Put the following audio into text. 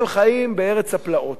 הם חיים בארץ הפלאות.